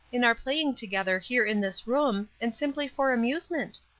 in our playing together here in this room, and simply for amusement?